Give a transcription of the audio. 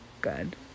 good